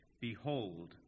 Behold